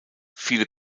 viele